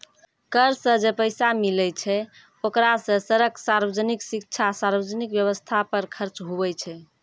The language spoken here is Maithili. कर सं जे पैसा मिलै छै ओकरा सं सड़क, सार्वजनिक शिक्षा, सार्वजनिक सवस्थ पर खर्च हुवै छै